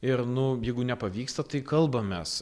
ir nu jeigu nepavyksta tai kalbamės